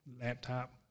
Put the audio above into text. laptop